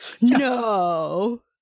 No